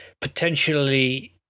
potentially